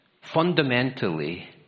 fundamentally